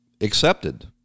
accepted